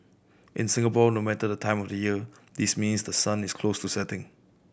in Singapore no matter the time of the year this means the sun is close to setting